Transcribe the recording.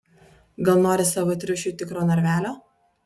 gal nori savo triušiui tikro narvelio